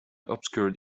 obscured